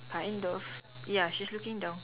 kind of ya she's looking down